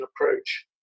approach